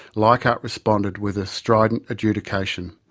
leichhardt responded with a strident adjudication.